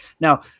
Now